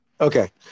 Okay